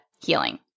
healing